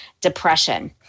depression